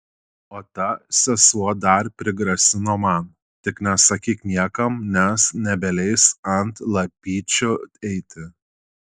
o ta sesuo dar prigrasino man tik nesakyk niekam nes nebeleis ant lapyčių eiti